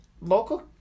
local